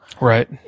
Right